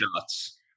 shots